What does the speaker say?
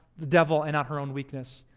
the devil, and not her own weakness.